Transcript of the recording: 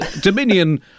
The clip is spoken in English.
Dominion